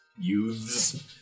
youths